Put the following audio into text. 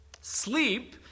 Sleep